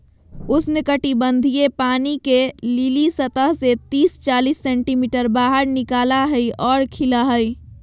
उष्णकटिबंधीय पानी के लिली सतह से तिस चालीस सेंटीमीटर बाहर निकला हइ और खिला हइ